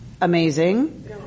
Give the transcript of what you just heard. Amazing